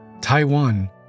Taiwan